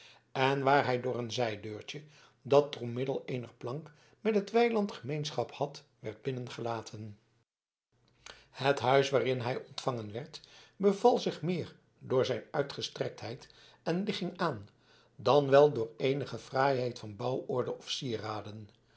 en waar hij door een zijdeurtje dat door middel eener plank met het weiland gemeenschap had werd binnengelaten het huis waarin hij ontvangen werd beval zich meer door zijn uitgestrektheid en ligging aan dan wel door eenige fraaiheid van bouworde of sieraden